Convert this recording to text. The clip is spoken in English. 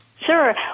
Sure